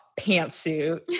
pantsuit